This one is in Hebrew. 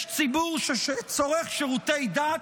יש ציבור שצורך שירותי דת,